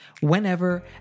whenever